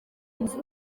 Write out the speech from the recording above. nzu